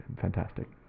Fantastic